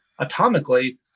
atomically